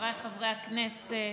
חבריי חברי הכנסת,